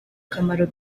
kamaro